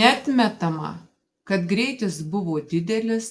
neatmetama kad greitis buvo didelis